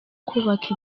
kubaka